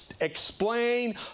explain